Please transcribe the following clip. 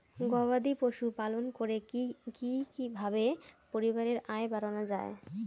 গবাদি পশু পালন করে কি কিভাবে পরিবারের আয় বাড়ানো যায়?